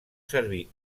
servir